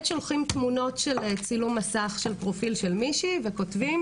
שולחים תמונות של צילום מסך של פרופיל של מישהי וכותבים: